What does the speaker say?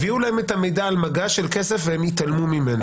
הביאו להם את המידע על מגש של כסף והם התעלמו ממנו.